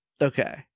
Okay